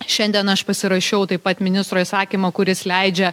šiandien aš pasirašiau taip pat ministro įsakymą kuris leidžia